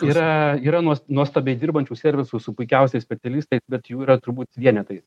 yra yra nuos nuostabiai dirbančių servisų su puikiausiais specialistai bet jų yra turbūt vienetai